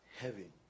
heavy